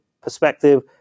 perspective